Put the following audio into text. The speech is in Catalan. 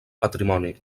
patrimoni